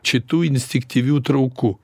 šitų instiktyvių traukų